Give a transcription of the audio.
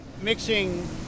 mixing